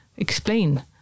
explain